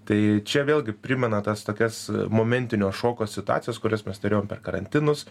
tai čia vėlgi primena tas tokias momentinio šoko situacijas kurias mes turėjom per karantinus